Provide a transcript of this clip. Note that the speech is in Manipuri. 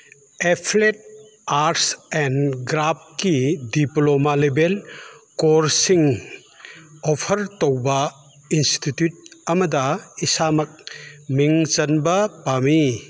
ꯑꯦꯐ꯭ꯂꯦꯠ ꯑꯥꯔꯠ ꯑꯦꯟ ꯀ꯭ꯔꯥꯐꯀꯤ ꯗꯤꯄ꯭ꯂꯣꯃꯥ ꯂꯦꯕꯦꯜ ꯀꯣꯔꯁꯁꯤꯡ ꯑꯣꯐꯔ ꯇꯧꯕ ꯏꯟꯁꯇꯤꯇ꯭ꯌꯨꯠ ꯑꯃꯗ ꯏꯁꯥꯃꯛ ꯃꯤꯡ ꯆꯟꯕ ꯄꯥꯝꯃꯤ